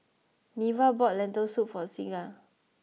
Neva bought Lentil soup for Signa